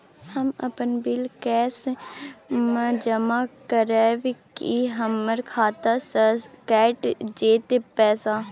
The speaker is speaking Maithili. हम अपन बिल कैश म जमा करबै की हमर खाता स कैट जेतै पैसा?